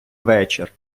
вечір